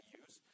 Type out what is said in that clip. use